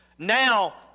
Now